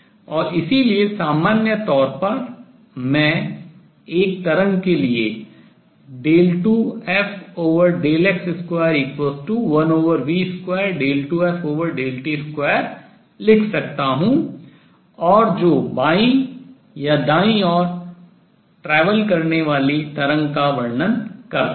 और इसलिए सामान्य तौर पर मैं एक तरंग के लिए 2fx21v22ft2 लिख सकता हूँ और जो बाईं या दाईं ओर travel यात्रा करने वाली तरंग का वर्णन करता है